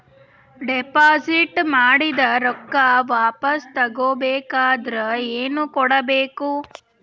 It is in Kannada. ಡೆಪಾಜಿಟ್ ಮಾಡಿದ ರೊಕ್ಕ ವಾಪಸ್ ತಗೊಬೇಕಾದ್ರ ಏನೇನು ಕೊಡಬೇಕು?